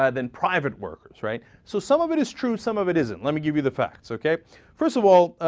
ah than private works right so some of it is true some of it isn't let me give you the facts okay first of all